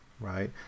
Right